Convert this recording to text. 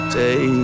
day